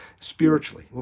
spiritually